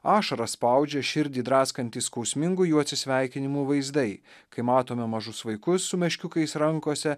ašarą spaudžia širdį draskantys skausmingų jų atsisveikinimų vaizdai kai matome mažus vaikus su meškiukais rankose